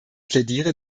plädiere